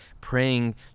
praying